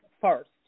first